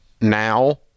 now